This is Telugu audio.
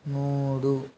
మూడు